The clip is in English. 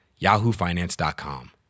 YahooFinance.com